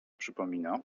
przypomina